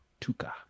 Tuka